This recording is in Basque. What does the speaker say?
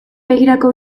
begirako